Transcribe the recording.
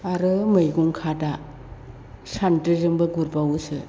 आरो मैगं खादा सान्द्रिजोंबो गुरबावोसो